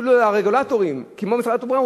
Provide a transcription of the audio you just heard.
אפילו לא לרגולטורים כמו משרד התחבורה,